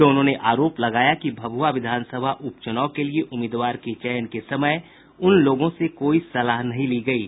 दोनों ने आरोप लगाया कि भभुआ विधानसभा उपचुनाव के लिए उम्मीदवार के चयन के समय उन लोगों से कोई सलाह नहीं ली गयी